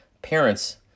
Parents